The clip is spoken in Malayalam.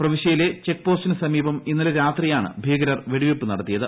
പ്രവിശൃയിലെ ചെക് പോസ്റ്റിന് സമീപം ഇന്നലെ രാത്രിയാണ് ഭീകരർ വെടിവെയ്പ് നടത്തിയത്